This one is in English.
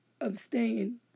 abstain